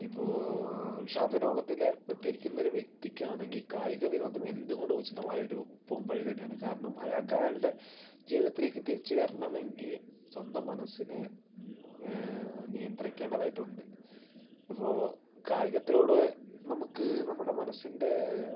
ഇപ്പോൾ വിഷാദരോഗത്തിൽ ഏർപ്പെട്ടിരിക്കുന്ന ഒരു വ്യക്തിക്ക് ആണെങ്കിൽ കായികവിനോദം എന്തുകൊണ്ടും ഉചിതമായ ഒരു പോംവഴി തന്നെയാണ് കാരണം അയാൾക്ക് അയാളുടെ ജീവിതത്തിലേക്ക് തിരിച്ചുവരണമെങ്കിൽ സ്വന്തം മനസ്സിനെ നിയന്ത്രിക്കേണ്ടതായിട്ടുണ്ട് അപ്പോൾ കായികത്തിനോട് നമുക്ക് നമ്മുടെ മനസ്സിൻ്റെ